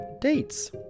dates